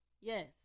Yes